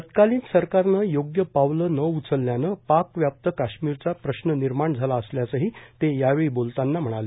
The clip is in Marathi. तत्कालीन सरकारनं योग्य पावलं न उचलल्यानं पाकव्याप्त काश्मीरचा प्रश्न निर्माण झाला असल्याचंही ते यावेळी बोलताना म्हणाले